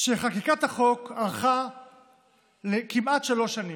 שחקיקת החוק ארכה כמעט שלוש שנים.